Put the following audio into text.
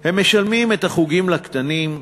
הם משלמים על החוגים לקטנים,